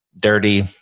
dirty